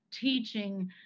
teaching